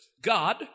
God